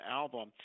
album